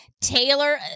Taylor